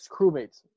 crewmates